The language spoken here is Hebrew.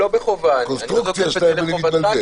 בקונסטרוקציה שלהן אני מתבלבל.